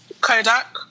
Kodak